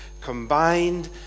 combined